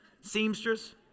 Seamstress